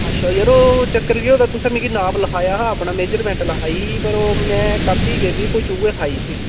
अच्छा यरो ओह् चक्कर केह् होए दा तुसें मिकी नाप लखाया हा अपना मेज़रमेंट लखाई ही पर ओह् में कापी गेदी कोई चूहे खाई उसी